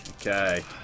Okay